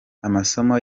amasomo